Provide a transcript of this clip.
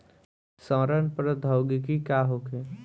सड़न प्रधौगकी का होखे?